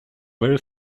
very